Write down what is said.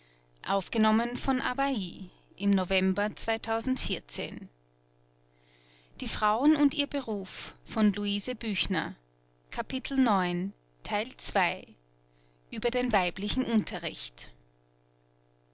den weiblichen unterricht